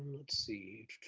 let's see.